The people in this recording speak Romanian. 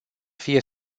fie